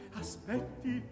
aspetti